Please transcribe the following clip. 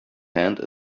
hand